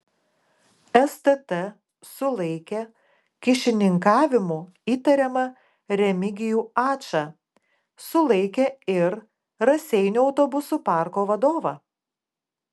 stt sulaikė kyšininkavimu įtariamą remigijų ačą sulaikė ir raseinių autobusų parko vadovą